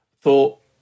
thought